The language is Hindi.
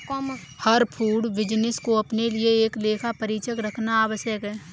हर फूड बिजनेस को अपने लिए एक लेखा परीक्षक रखना आवश्यक है